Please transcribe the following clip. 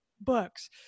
books